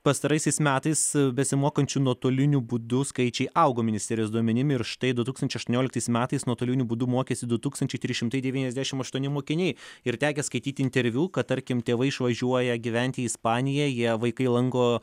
pastaraisiais metais besimokančių nuotoliniu būdu skaičiai augo ministerijos duomenim ir štai du tūkstančiai aštuonioliktais metais nuotoliniu būdu mokėsi du tūkstančiai trys šimtai devyniasdešim aštuoni mokiniai ir tekę skaityt interviu kad tarkim tėvai išvažiuoja gyventi į ispaniją jie vaikai lanko